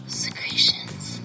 secretions